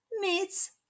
meets